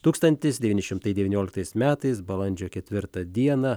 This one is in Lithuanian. tūkstantis devyni šimtai devynioliktais metais balandžio ketvirtą dieną